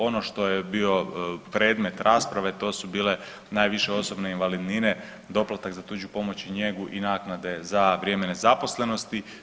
Ono što je bio predmet rasprave to su bile najviše osobne invalidnine, doplatak za tuđu pomoć i njegu i naknade za vrijeme nezaposlenosti.